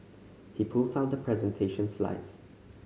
he pulls out the presentation slides